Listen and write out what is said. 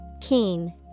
Keen